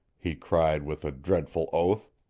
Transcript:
he cried with a dreadful oath.